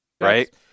right